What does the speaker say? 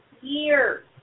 years